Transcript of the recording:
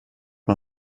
man